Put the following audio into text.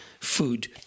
food